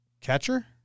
catcher